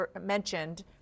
mentioned